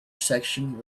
section